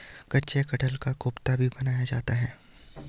कच्चे कटहल का कोफ्ता भी बनाया जाता है